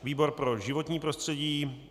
Výbor pro životní prostředí.